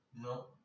No